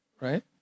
Right